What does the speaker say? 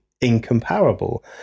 incomparable